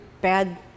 bad